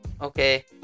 Okay